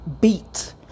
beat